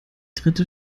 dritte